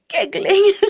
giggling